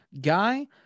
guy